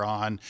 on